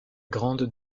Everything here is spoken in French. grande